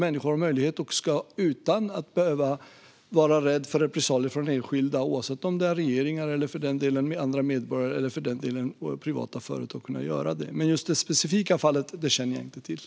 Människor ska kunna uttrycka sig utan att vara rädda för repressalier från regeringar, företag eller enskilda medborgare. Men just detta specifika fall känner jag inte till.